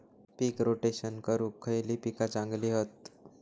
पीक rotation करूक खयली पीका चांगली हत?